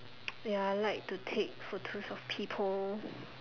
ya I like to take photos of people